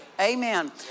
Amen